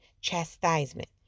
chastisement